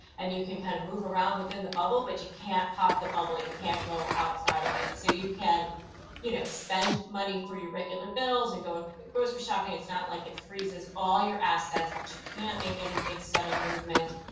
and you can kind of move around within the bubble, but you can't pop the bubble. you can't go outside of it. so you can you know spend money for your regular bills and go grocery shopping. it's not like it freezes all your assets. but you can't make any big sudden movements,